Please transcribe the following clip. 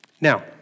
Now